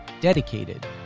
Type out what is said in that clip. dedicated